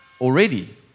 already